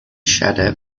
shudder